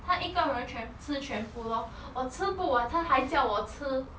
他一个人全吃全部 lor 我吃不完他还叫我吃